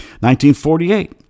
1948